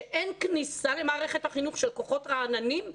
שאין כניסה למערכת החינוך של כוחות רעננים וחדשים,